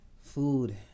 Food